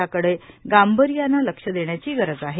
याकडे गांभीर्याने लक्ष देण्याची गरज आहे